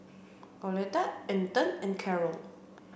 Coletta Anton and Karol